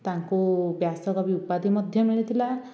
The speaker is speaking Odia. ତାଙ୍କୁ ବ୍ୟାସ କବି ଉପାଧି ମଧ୍ୟ ମିଳିଥିଲା